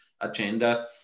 agenda